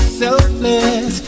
selfless